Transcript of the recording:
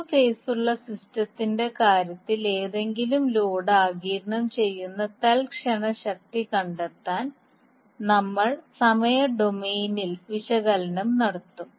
മൂന്ന് ഫേസുള്ള സിസ്റ്റത്തിന്റെ കാര്യത്തിൽ ഏതെങ്കിലും ലോഡ് ആഗിരണം ചെയ്യുന്ന തൽക്ഷണ ശക്തി കണ്ടെത്താൻ നമ്മൾ സമയ ഡൊമെയ്നിൽ വിശകലനം നടത്തും